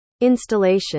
installation